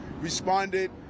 responded